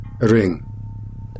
ring